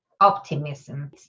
optimism